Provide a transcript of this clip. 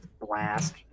blast